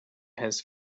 his